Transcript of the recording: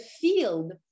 field